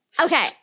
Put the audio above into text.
Okay